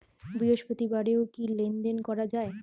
বৃহস্পতিবারেও কি লেনদেন করা যায়?